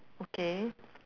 okay